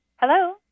Hello